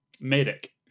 medic